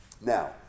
Now